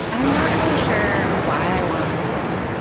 i'm not really sure why i wanted him.